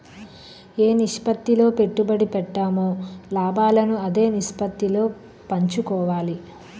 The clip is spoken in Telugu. ఏ నిష్పత్తిలో పెట్టుబడి పెట్టామో లాభాలను అదే నిష్పత్తిలో పంచుకోవాలి